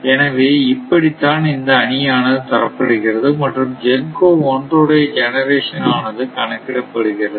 எனவே இப்படித்தான் இந்த அணியானது தரப்படுகிறது மற்றும் GENCO 1 உடைய ஜெனரேஷன் ஆனது கணக்கிடப்படுகிறது